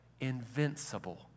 invincible